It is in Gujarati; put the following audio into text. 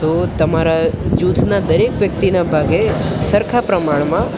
તો તમારા જૂથના દરેક વ્યક્તિના ભાગે સરખા પ્રમાણમાં